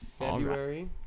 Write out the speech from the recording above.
February